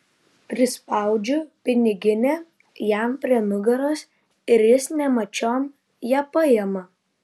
prispaudžiu piniginę jam prie nugaros ir jis nemačiom ją paima